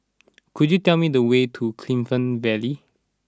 could you tell me the way to Clifton Vale